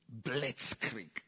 Blitzkrieg